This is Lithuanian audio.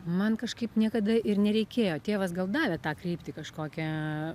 man kažkaip niekada ir nereikėjo tėvas gal davė tą kryptį kažkokią